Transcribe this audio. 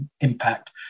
impact